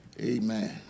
Amen